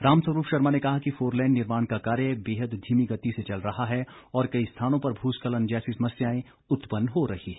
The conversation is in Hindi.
रामस्वरूप शर्मा ने कहा कि फोनलेन निर्माण का कार्य बेहद धीमी गति से चल रहा है और कई स्थानों पर भूस्खलन जैसी समस्याएं उत्पन्न हो रही हैं